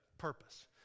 Purpose